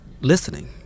listening